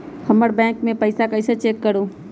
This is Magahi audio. हमर बैंक में पईसा कईसे चेक करु?